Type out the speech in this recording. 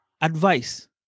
advice